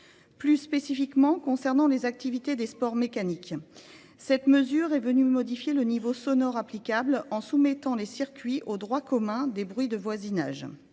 plus spécifiquement concernant les activités des sports mécaniques. Cette mesure est venue modifier le niveau sonore applicable en soumettant les circuits aux droits communs des bruits de voisinage.